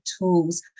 tools